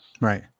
right